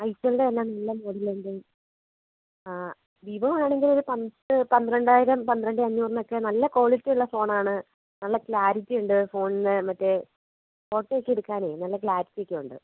I ഫോണിന്റെ തന്നെ നല്ല മോഡൽ ഉണ്ട് വിവോ ആണെങ്കിൽ ഒരു പത്ത് പന്ത്രണ്ടായിരം പന്ത്രണ്ട് അഞ്ഞൂറിനൊക്കെ നല്ല ക്വാളിറ്റി ഉള്ള ഫോൺ ആണ് നല്ല ക്ലാരിറ്റി ഉണ്ട് ഫോണിന് മറ്റേ ഫോട്ടോ ഒക്കെ എടുക്കാനെ നല്ല ക്ളാരിറ്റി ഒക്കെയുണ്ട്